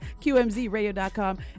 QMZRadio.com